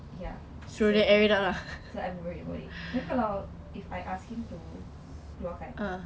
ya so so I'm worried about it tapi kalau if I ask him to keluarkan